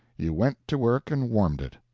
you went to work and warmed it.